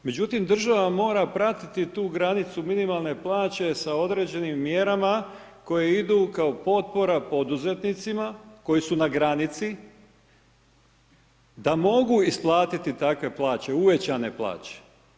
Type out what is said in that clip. Međutim, država mora pratiti tu granicu minimalne plaće sa određenim mjerama koje idu kao potpora poduzetnicima koji su na granici da mogu isplatiti takve plaće, uvećane plaće.